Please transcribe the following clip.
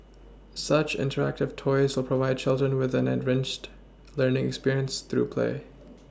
such interactive toys will provide children with an enriched learning experience through play